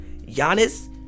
Giannis